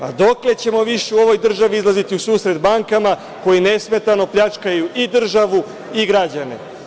Pa dokle ćemo više u ovoj državi izlaziti u susret bankama koje nesmetano pljačkaju i državu i građani?